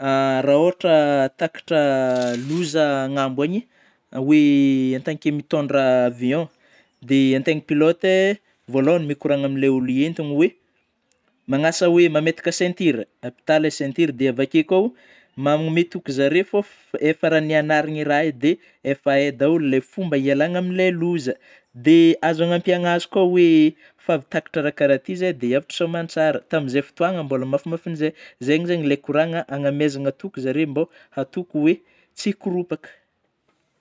Raha ôhatry takatra loza agnambo aagny oe en tant que mitôndra avion, dia antegna piloty, vôalôhany mikoragna amin'ilay ôlô entigna oe manasa oe: mametaka ceinture apitaha ilay ceinture; dia avy akeo koa manome toky zareo fô f-efa raha niagnarany raha io dia efa hay daholo ilay fomba hialana amin'ilay loza; dia azo agnampiana azy koa oe efa avy takatra karaha ty zahay dia efa avotra soamantsara, tamin'izay fotoagna mbola mafimafy noho zey, zay zegny ilay kôragna anomezana toky zareo mbô hatoky oe tsy hikoropaka